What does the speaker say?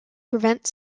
prevent